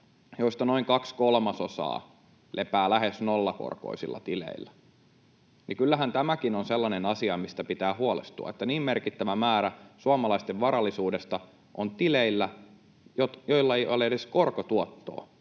joista noin kaksi kolmasosaa lepää lähes nollakorkoisilla tileillä. Kyllähän tämäkin on sellainen asia, mistä pitää huolestua, että niin merkittävä määrä suomalaisten varallisuudesta on tileillä, joilla ei ole edes korkotuottoa,